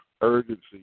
urgency